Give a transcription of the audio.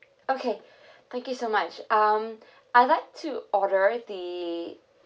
okay thank you so much um I like to order the